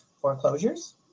foreclosures